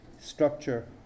structure